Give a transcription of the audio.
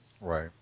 Right